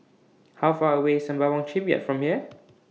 How Far away IS Sembawang Shipyard from here